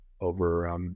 over